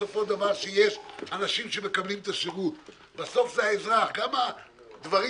בסוף זה האזרח, כמה דברים